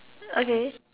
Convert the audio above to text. okay